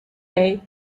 day